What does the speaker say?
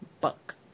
Buck